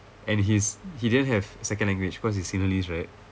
and he's he didn't have second language because he's sinhalese right